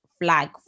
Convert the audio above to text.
flag